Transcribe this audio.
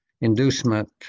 inducement